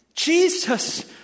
Jesus